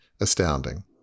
astounding